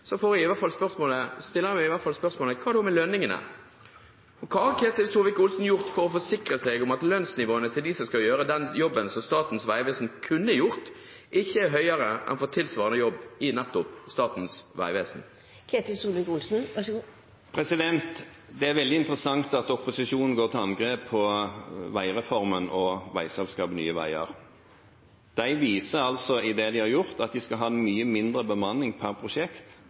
i hvert fall stille følgende spørsmål: Hva da med lønningene? Hva har Ketil Solvik-Olsen gjort for å forsikre seg om at lønnsnivåene til dem som skal gjøre den jobben som Statens vegvesen kunne gjort, ikke er høyere enn for tilsvarende jobb i nettopp Statens vegvesen? Det er veldig interessant at opposisjonen går til angrep på veireformen og veiselskapet Nye Veier. De viser i det de har gjort, at de skal ha mye mindre bemanning per prosjekt